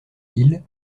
isle